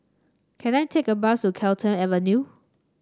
can I take a bus to Carlton Avenue